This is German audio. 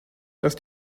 dass